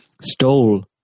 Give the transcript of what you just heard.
stole